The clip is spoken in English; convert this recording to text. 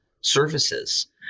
services